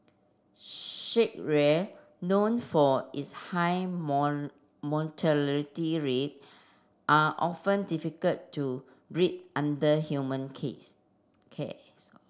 shark ray known for its high mortality rate are often difficult to breed under human case cares